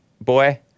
boy